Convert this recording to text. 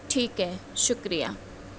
ٹھیک ہے شکریہ